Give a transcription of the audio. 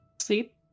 Sleep